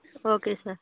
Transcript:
okay sir